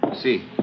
See